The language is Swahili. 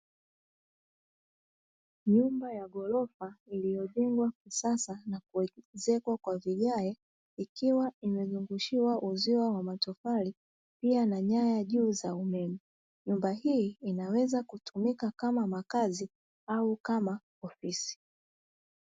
Nyumba ya ghorofa iliyojengwa kwa kisasa na kuelezekwa kwa vigae, ikiwa imezungushiwa uzio wa matofali pia na nyaya juu za umeme, nyumba hii inaweza kutumika kama makazi au kama ofisi.